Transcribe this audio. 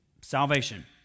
salvation